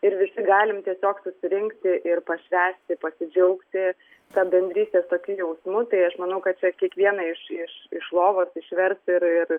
ir visi galim tiesiog susirinkti ir pašvęsti pasidžiaugti ta bendrystės tokiu jausmu tai aš manau kad čia kiekvieną iš iš iš lovos išvers ir ir